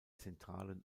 zentralen